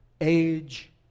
age